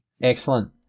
Excellent